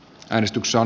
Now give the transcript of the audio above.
edistyksen